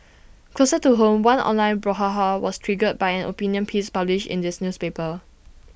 closer to home one online brouhaha was triggered by an opinion piece published in this newspaper